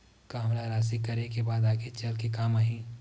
का हमला राशि करे के बाद आगे चल के काम आही?